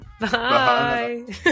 Bye